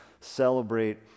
celebrate